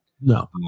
No